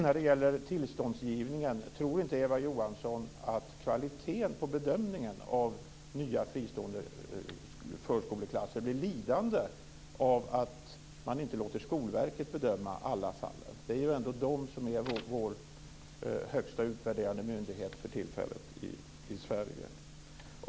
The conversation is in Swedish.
När det gäller tillståndsgivningen har jag en fråga: Tror inte Eva Johansson att kvaliteten på bedömningen av nya fristående förskoleklasser blir lidande av att man inte låter Skolverket bedöma alla fallen? Skolverket är ju ändå vår för tillfället högsta utvärderande myndighet i Sverige.